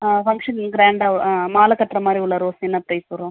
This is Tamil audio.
ஆ ஃபங்க்ஷன் கிராண்டா ஆ மாலை கட்டுற மாதிரி உள்ள ரோஸ் என்ன ப்ரைஸ் வரும்